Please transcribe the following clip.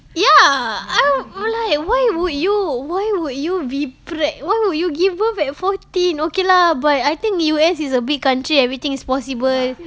ya I do~ like why would you why would you be preg~ why would you give birth at fourteen okay lah but I think the U_S is a big country everything is possible